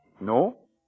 No